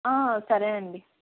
సరే అండి